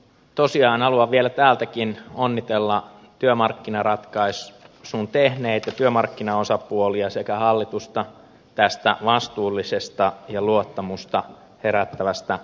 tosiaan haluan vielä tässäkin onnitella työmarkkinaratkaisun tehneitä työmarkkinaosapuolia sekä hallitusta tästä vastuullisesta ja luottamusta herättävästä raamiratkaisusta